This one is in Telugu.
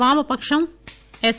వామపక్షం ఎస్